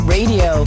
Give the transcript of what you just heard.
Radio